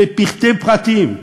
לפרטי פרטים,